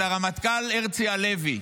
של הרמטכ"ל הרצי הלוי,